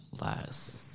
less